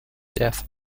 death